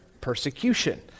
persecution